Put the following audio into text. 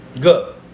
Good